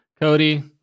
Cody